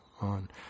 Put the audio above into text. on